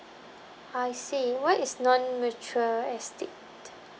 I see where is non mature estate